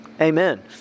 Amen